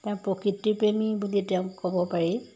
তেওঁ প্ৰকৃতিৰ প্ৰেমী বুলি তেওঁ ক'ব পাৰি